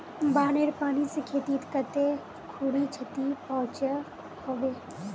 बानेर पानी से खेतीत कते खुरी क्षति पहुँचो होबे?